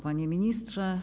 Panie Ministrze!